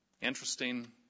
Interesting